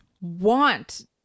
want